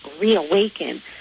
reawaken